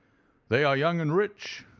they are young and rich,